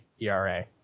ERA